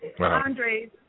Andre's